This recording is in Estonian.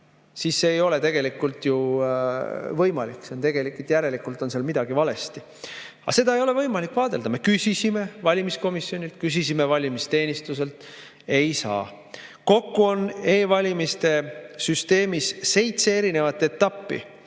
siis see ei ole tegelikult ju võimalik. Järelikult on seal midagi valesti. Aga seda ei ole võimalik vaadelda. Me küsisime valimiskomisjonilt, küsisime valimisteenistuselt. Ei saa! Kokku on e-valimiste süsteemis seitse erinevat etappi,